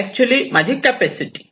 actually माझी capacity